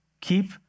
Keep